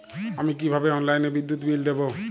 আমি কিভাবে অনলাইনে বিদ্যুৎ বিল দেবো?